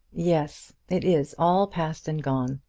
yes it is all passed and gone.